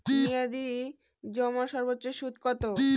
মেয়াদি জমার সর্বোচ্চ সুদ কতো?